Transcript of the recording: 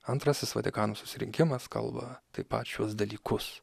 antrasis vatikano susirinkimas kalba taip pat šiuos dalykus